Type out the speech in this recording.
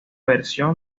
versión